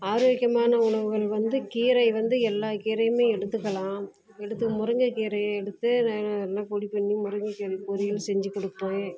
ஆரோக்கியமான உணவுகள் வந்து கீரை வந்து எல்லா கீரையுமே எடுத்துக்கலாம் எடுத்து முருங்கைக்கீரையை எடுத்து ந நல்லா பொடி பண்ணி முருங்கைக்கீரை பொரியல் செஞ்சுக் கொடுப்பேன்